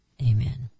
Amen